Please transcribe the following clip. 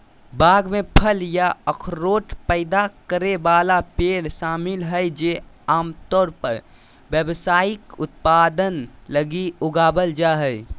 बाग में फल या अखरोट पैदा करे वाला पेड़ शामिल हइ जे आमतौर पर व्यावसायिक उत्पादन लगी उगावल जा हइ